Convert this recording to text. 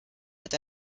mit